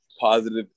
positive